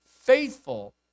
faithful